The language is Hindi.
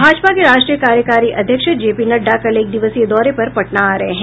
भाजपा के राष्ट्रीय कार्यकारी अध्यक्ष जेपी नड्डा कल एक दिवसीय दौरे पर पटना आ रहे हैं